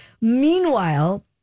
meanwhile